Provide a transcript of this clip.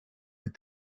that